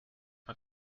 man